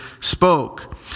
spoke